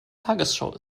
tagesschau